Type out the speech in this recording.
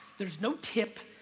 there's no tip,